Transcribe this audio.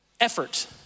effort